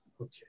okay